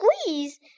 squeeze